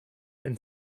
and